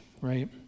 right